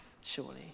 surely